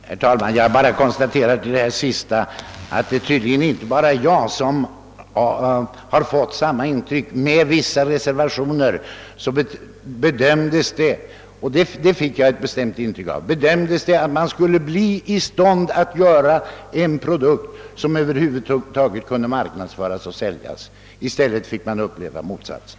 Herr talman! Jag bara konstaterar med anledning av det som statsrådet sist sade att det tydligen inte bara är jag som har fått samma intryck. Med vissa reservationer bedömdes det — det fick jag ett bestämt intryck av — att man skulle bli i stånd att göra en produkt som över huvud taget kunde marknadsföras och säljas. I stället fick man uppleva motsatsen.